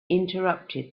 interrupted